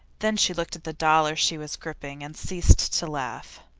then she looked at the dollar she was gripping and ceased to laugh.